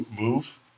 move